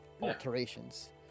Alterations